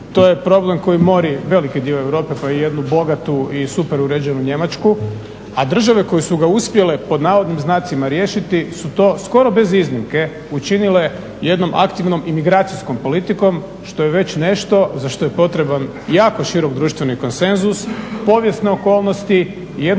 To je problem koji mori veliki dio Europe pa i jednu bogatu i super uređenu Njemačku a države koje su ga uspjele pod navodnim znacima "riješiti" su to skoro bez iznimke učinile jednom aktivnom imigracijskom politikom što je već nešto za što je potreban jako širok društveni konsenzus, povijesne okolnosti i jedno drugo